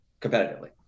competitively